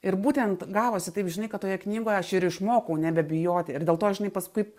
ir būtent gavosi taip žinai kad toje knygoje aš ir išmokau nebebijoti ir dėl to žinai paskui